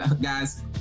guys